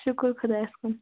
شُکرُ خۄدایَس کُن